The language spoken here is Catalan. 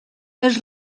els